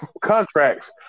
contracts